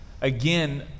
again